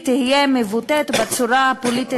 תהיה מבוטאת בצורה הפוליטית הנכונה.